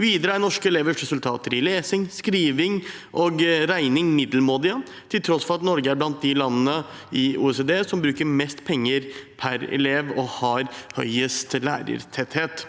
Videre er norske elevers resultater i lesing, skriving og regning middelmådige, til tross for at Norge er blant de landene i OECD som bruker mest penger per elev, og har høyest lærertetthet.